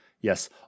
Yes